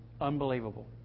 unbelievable